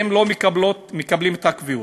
והם לא מקבלים קביעות.